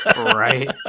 Right